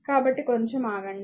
కాబట్టి కొంచం ఆగండి